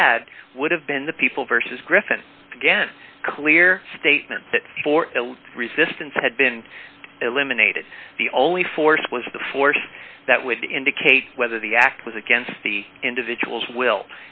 had would have been the people versus griffin again a clear statement that for the resistance had been eliminated the only force was the force that would indicate whether the act was against the individual's will